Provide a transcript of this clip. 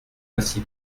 ainsi